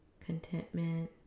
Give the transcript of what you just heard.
contentment